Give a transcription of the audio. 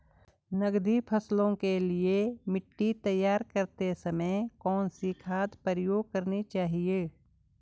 नकदी फसलों के लिए मिट्टी तैयार करते समय कौन सी खाद प्रयोग करनी चाहिए?